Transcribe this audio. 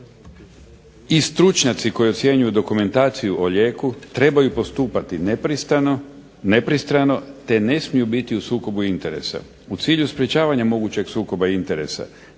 i stručnjaci koji ocjenjuju dokumentaciju o lijeku trebaju postupati nepristrano te ne smiju biti u sukobu interesa. U cilju sprečavanja mogućeg sukoba interesa